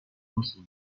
nasıl